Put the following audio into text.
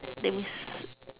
there is